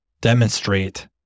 demonstrate